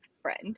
friend